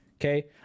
okay